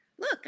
Look